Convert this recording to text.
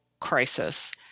crisis